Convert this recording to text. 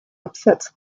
upsets